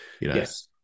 Yes